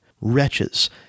wretches